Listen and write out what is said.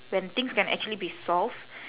when things can actually be solve